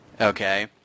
Okay